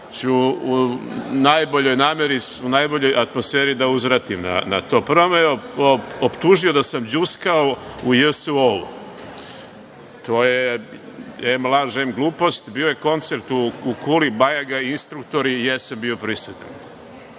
ću u najboljoj nameri, u najboljoj atmosferi da uzvratim na to. Prvo me je optužio da sam "đuskao u JSO". To je, em laž, em glupost. Bio je koncert u Kuli, Bajaga i Instruktori i ja sam bio prisutan.